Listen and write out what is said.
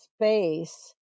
space